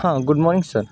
हां good morning sir